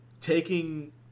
taking